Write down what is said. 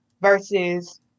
versus